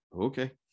Okay